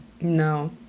No